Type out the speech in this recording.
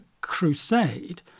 crusade